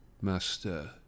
Master